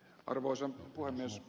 arvoisa puhemies